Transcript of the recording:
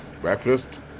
Breakfast